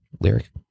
lyric